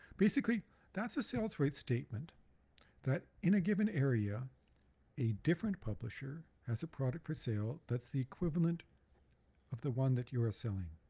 basically that's a sales rights statement that in a given area a different publisher has a product for sale that's the equivalent of the one that you are selling.